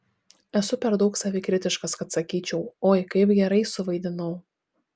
esu per daug savikritiškas kad sakyčiau oi kaip gerai suvaidinau